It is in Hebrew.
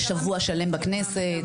יש שבוע שלם בכנסת.